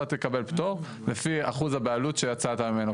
אתה תקבל פטור לפי אחוז הבעלות שיצאת ממנו.